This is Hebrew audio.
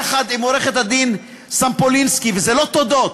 יחד עם עורכת-הדין סומפולינסקי, וזה לא תודות: